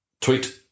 tweet